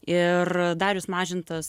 ir darius mažintas